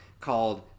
called